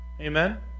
Amen